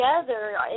together